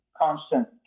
constant